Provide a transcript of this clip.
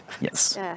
Yes